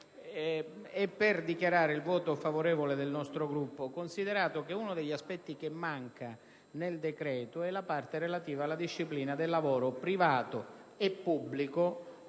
inoltre, il voto favorevole del nostro Gruppo, considerato che uno degli aspetti mancanti nel decreto è la parte relativa alla disciplina del lavoro privato e pubblico